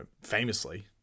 famously